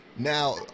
Now